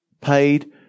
paid